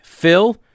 Phil